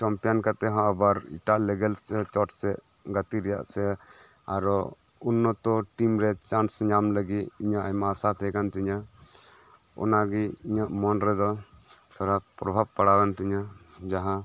champion ᱠᱟᱛᱮᱫ ᱦᱚᱸ ᱟᱵᱟᱨ ᱮᱴᱟᱜ ᱞᱮᱵᱮᱞ ᱥᱮᱡ ᱥᱮ ᱪᱚᱴ ᱥᱮᱡ ᱜᱟᱛᱮ ᱨᱮᱭᱟᱜ ᱥᱮ ᱟᱨᱚ ᱩᱱᱱᱚᱛᱚ ᱴᱤᱢ ᱨᱮ ᱪᱟᱱᱥ ᱧᱟᱢ ᱞᱟᱹᱜᱤᱫ ᱤᱧᱟᱹᱜ ᱟᱭᱢᱟ ᱟᱥᱟ ᱛᱟᱦᱮᱸ ᱠᱟᱱ ᱛᱤᱧᱟᱹ ᱚᱱᱟ ᱜᱮ ᱤᱧᱟᱹᱜ ᱢᱚᱱ ᱨᱮᱫᱚ ᱛᱷᱚᱲᱟ ᱯᱨᱚᱷᱟᱵᱽ ᱯᱟᱲᱟᱣ ᱮᱱ ᱛᱤᱧᱟᱹ ᱡᱟᱦᱟᱸ